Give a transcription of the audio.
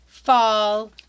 fall